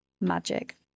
magic